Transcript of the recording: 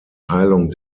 heilung